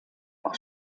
auch